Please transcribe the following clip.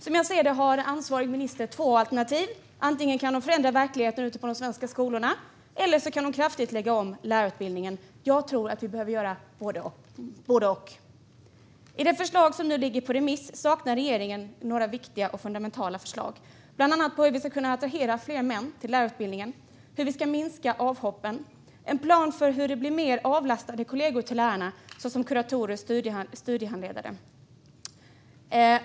Som jag ser det har ansvarig minister två alternativ. Antingen kan hon förändra verkligheten ute på de svenska skolorna eller så kan hon kraftigt lägga om lärarutbildningen. Jag tror att vi behöver göra både och. I det förslag från regeringen som nu är ute på remiss saknas några viktiga och fundamentala inslag. Det gäller bland annat hur vi ska kunna attrahera fler män till lärarutbildningen, hur vi ska minska avhoppen samt en plan för hur lärarna kan få fler avlastande kollegor, såsom kuratorer och studiehandledare.